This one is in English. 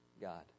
God